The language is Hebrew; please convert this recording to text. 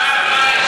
למה זה חשאי?